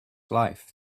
life